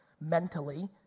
mentally